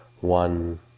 one